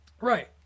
Right